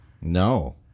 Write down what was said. No